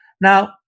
now